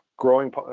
Growing